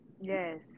Yes